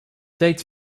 dates